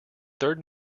third